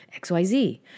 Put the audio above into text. XYZ